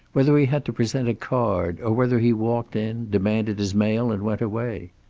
whether he had to present a card or whether he walked in demanded his mail and went away.